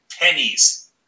pennies